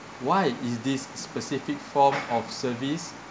why is this specific form of service